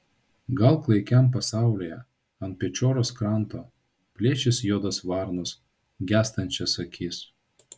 gal klaikiam pasaulyje ant pečioros kranto plėšys juodos varnos gęstančias akis